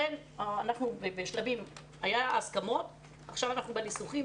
היו הסכמות ועכשיו אנחנו בניסוחים.